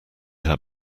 had